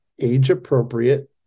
age-appropriate